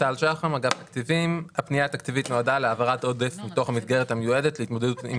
הפנייה התקציבית נועדה להעברת עודף בתוך המסגרת המיועדת להתמודדות עם